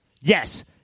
Yes